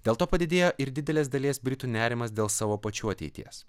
dėl to padidėjo ir didelės dalies britų nerimas dėl savo pačių ateities